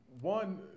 One